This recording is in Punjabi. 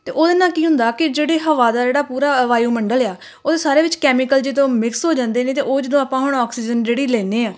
ਅਤੇ ਉਹਦੇ ਨਾਲ ਕੀ ਹੁੰਦਾ ਕਿ ਜਿਹੜੇ ਹਵਾ ਦਾ ਜਿਹੜਾ ਪੂਰਾ ਵਾਯੂਮੰਡਲ ਆ ਉਹ ਸਾਰੇ ਵਿੱਚ ਕੈਮੀਕਲ ਜਦੋਂ ਮਿਕਸ ਹੋ ਜਾਂਦੇ ਨੇ ਅਤੇ ਉਹ ਜਦੋਂ ਆਪਾਂ ਹੁਣ ਆਕਸੀਜਨ ਜਿਹੜੀ ਲੈਂਦੇ ਹਾਂ